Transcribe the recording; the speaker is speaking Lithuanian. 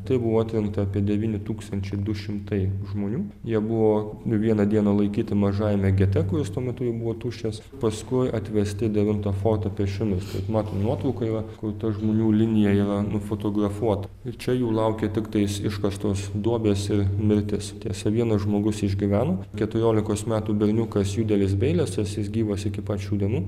tai buvo atrinkta apie devyni tūkstančiai du šimtai žmonių jie buvo vieną dieną laikyti mažajame gete kuris tuo metu jau buvo tuščias paskui atvesti į devintą fortą pėsčiomis kaip matom nuotrauka yra kur ta žmonių linija yra nufotografuota ir čia jų laukė tiktais iškastos duobės ir mirtis tiesa vienas žmogus išgyveno keturiolikos metų berniukas judelis beilesas jis gyvas iki pat šių dienų